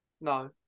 no